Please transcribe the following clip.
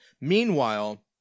Meanwhile